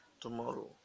tomorrow